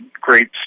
great